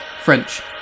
French